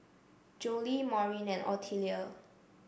Jolie Maureen and Otelia